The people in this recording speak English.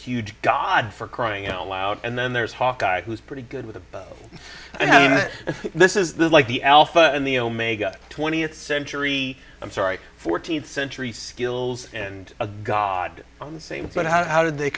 huge god for crying out loud and then there's hawkeye who's pretty good with this is the like the alpha and the omega twentieth century i'm sorry fourteenth century skills and a god on the same but how did they